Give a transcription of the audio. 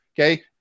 Okay